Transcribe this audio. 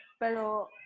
Pero